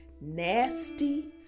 nasty